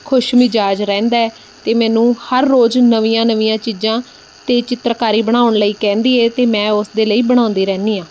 ਖੁਸ਼ ਮਿਜਾਜ ਰਹਿੰਦਾ ਅਤੇ ਮੈਨੂੰ ਹਰ ਰੋਜ਼ ਨਵੀਆਂ ਨਵੀਆਂ ਚੀਜ਼ਾਂ ਅਤੇ ਚਿੱਤਰਕਾਰੀ ਬਣਾਉਣ ਲਈ ਕਹਿੰਦੀ ਹੈ ਅਤੇ ਮੈਂ ਉਸ ਦੇ ਲਈ ਬਣਾਉਂਦੀ ਰਹਿੰਦੀ ਹਾਂ